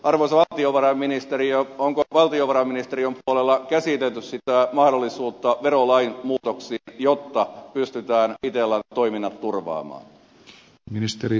arvoisa valtiovarainministeri onko valtiovarainministeriön puolella käsitelty mahdollisuutta verolain muutoksiin jotta pystytään itellan toiminnat turvaamaan